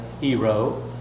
hero